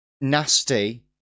nasty